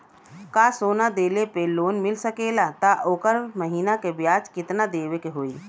का सोना देले पे लोन मिल सकेला त ओकर महीना के ब्याज कितनादेवे के होई?